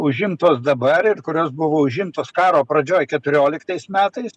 užimtos dabar ir kurios buvo užimtos karo pradžioj keturioliktais metais